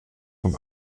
vom